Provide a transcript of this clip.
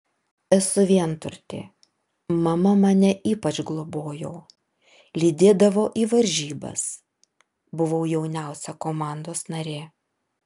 esu vienturtė mama mane ypač globojo lydėdavo į varžybas buvau jauniausia komandos narė